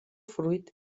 fruit